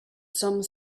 some